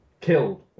killed